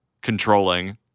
controlling